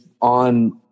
on